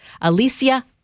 Alicia